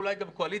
אולי גם קואליציה.